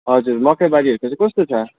हजुर मकैबारीहरूको चाहिँ कस्तो छ